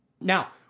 Now